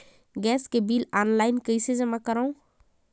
Gas के bill online कइसे जमा करव?